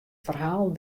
ferhalen